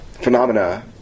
phenomena